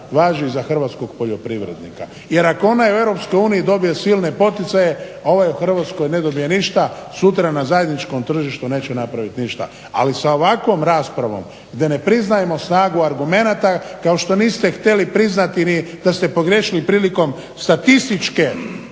važi i za hrvatskog poljoprivrednika. Jer ako onaj u EU dobije silne poticaje ovaj u Hrvatskoj ne dobije ništa sutra na zajedničkom tržištu neće napraviti ništa. Ali, sa ovakvom raspravom gdje ne priznajemo snagu argumenata kao što niste htjeli priznati ni da ste pogriješili prilikom statističke